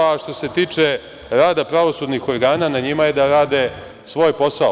A, što se tiče rada pravosudnih organa, na njima je da rade svoj posao.